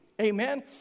amen